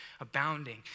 abounding